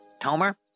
Tomer